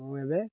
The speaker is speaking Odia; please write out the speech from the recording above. ହଁ ଏବେ